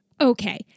Okay